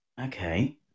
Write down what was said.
Okay